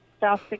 South